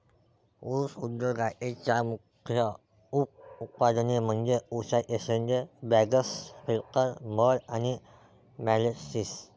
ऊस उद्योगाचे चार मुख्य उप उत्पादने म्हणजे उसाचे शेंडे, बगॅस, फिल्टर मड आणि मोलॅसिस